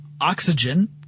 oxygen